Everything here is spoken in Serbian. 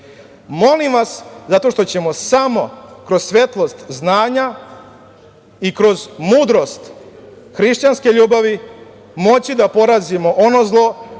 vas, zato što ćemo samo kroz svetlost znanja i kroz mudrost hrišćanske ljubavi moći da porazimo ono zlo